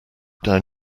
down